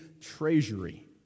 treasury